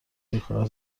شکایت